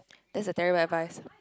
that's a terrible advice